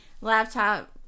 laptop